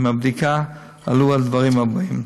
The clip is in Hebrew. ומהבדיקה עלו הדברים הבאים: